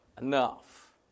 enough